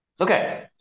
Okay